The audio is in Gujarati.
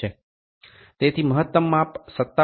તેથી મહત્તમ માપ 57